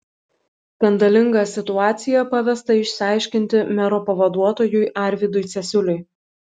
skandalingą situaciją pavesta išsiaiškinti mero pavaduotojui arvydui cesiuliui